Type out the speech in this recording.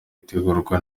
itegurwa